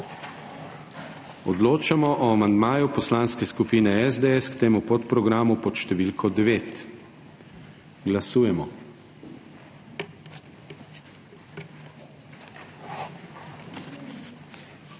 Odločamo o amandmaju Poslanske skupine SDS k temu podprogramu pod številko 1. Glasujemo.